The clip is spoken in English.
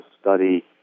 study